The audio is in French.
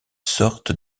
sortes